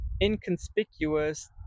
inconspicuous